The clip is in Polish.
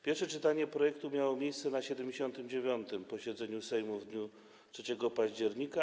Pierwsze czytanie projektu miało miejsce na 79. posiedzeniu Sejmu w dniu 3 października.